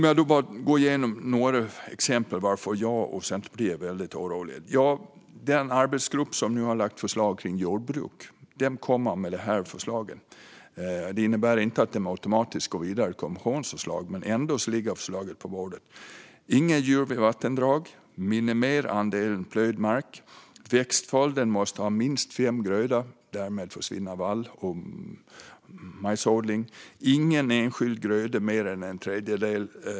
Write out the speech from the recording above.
Jag ska gå igenom några exempel på varför jag och Centerpartiet är väldigt oroliga. Den arbetsgrupp som nu har lagt fram förslag om jordbruk kommer med dessa förslag. Det innebär inte att man automatiskt går vidare med kommissionens förslag, men förslagen ligger ändå på bordet. Det handlar om att det inte får vara några djur vid vattendrag. Andelen plöjd mark ska minimeras. Växtföljden måste ha minst fem grödor. Därmed försvinner vall och majsodling. Ingen enskild gröda får utgöra mer än en tredjedel.